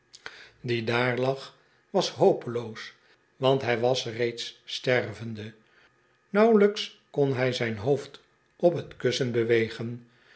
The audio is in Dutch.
die daar lag was hopeloos want hij was reeds stervende nauwelijks kon hij zijn hoofd op t kussen bewegen